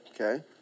okay